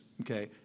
okay